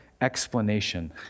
explanation